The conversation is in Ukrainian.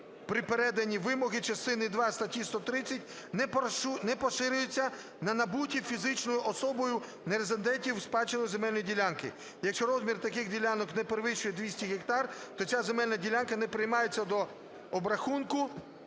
при передані вимоги частини 2 статті 130, не поширюється на набуті фізичною особою-нерезидентом в спадщину земельні ділянки. Якщо розмір таких земельних ділянок не перевищує 200 гектар, то ця земельна ділянка не приймається до обрахунку